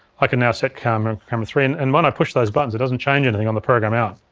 i can now set camera camera three. and and when i push those buttons it doesn't change anything on the program out.